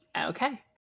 Okay